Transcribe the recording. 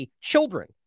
children